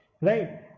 right